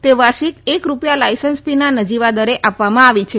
તે વાર્ષિક એક રૂપિયા લાયસન્સ ફીના નજીવા દરે આપવામાં આવે છે